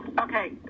okay